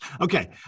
Okay